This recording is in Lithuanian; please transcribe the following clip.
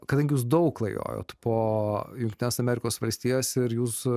kadangi jūs daug klajojot po jungtines amerikos valstijas ir jūs